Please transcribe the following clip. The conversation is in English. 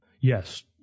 Yes